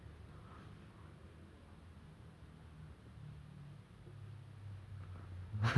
then but when you try it in real life it's oh my god how many times I hit the hurdle you know you